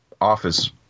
office